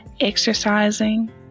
Exercising